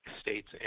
states